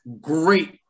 great